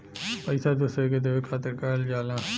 पइसा दूसरे के देवे खातिर करल जाला